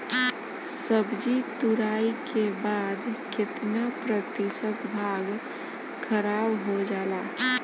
सब्जी तुराई के बाद केतना प्रतिशत भाग खराब हो जाला?